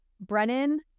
brennan